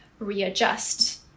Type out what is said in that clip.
readjust